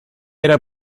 era